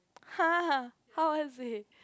!huh! how was it